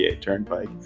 turnpike